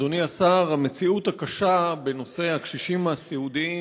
אדוני השר, המציאות הקשה בנושא הקשישים הסיעודיים